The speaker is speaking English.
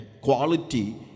quality